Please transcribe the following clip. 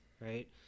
right